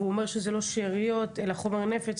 והוא אומר שזה לא שאריות אלא חומר נפץ,